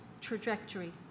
trajectory